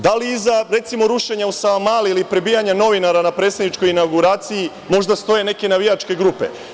Da li iza, recimo, rušenja u Savamali ili prebijanja novinara na predsedničkoj inauguraciji možda stoje neke navijačke grupe?